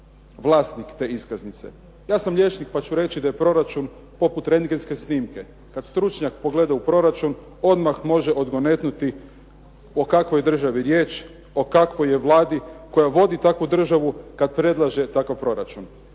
vlasnik te iskaznice. Ja sam liječnik pa ću reći da je proračun poput rendgenske snimke. Kad stručnjak pogled, a u proračun odmah može odgonetnuti o kakvoj državi riječ, o kakvo je Vladi koja vodi takvu državu, kad predlaže takav proračun.